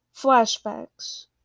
flashbacks